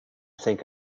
think